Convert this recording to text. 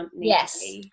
yes